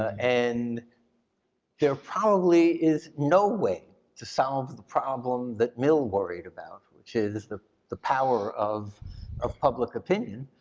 and there probably is no way to solve the problem that mill worried about which is the the power of of public opinion